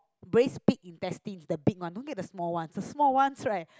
braised pig is tasty the big one don't get the small one the small one right